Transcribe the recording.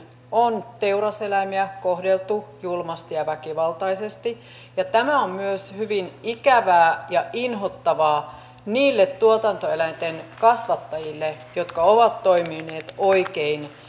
on teuraseläimiä kohdeltu julmasti ja väkivaltaisesti tämä on myös hyvin ikävää ja inhottavaa niille tuotantoeläinten kasvattajille jotka ovat toimineet oikein